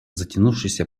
затянувшийся